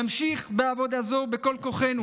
נמשיך בעבודה זו בכל כוחנו,